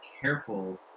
careful